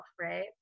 right